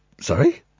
sorry